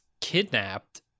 kidnapped